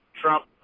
Trump